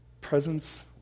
presence